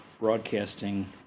broadcasting